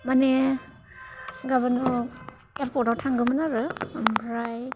माने गाबोन आं एयारपर्टआव थांगौमोन आरो ओमफ्राय